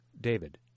David